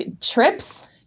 trips